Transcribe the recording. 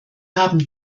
haben